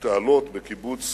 ותעלות בקיבוץ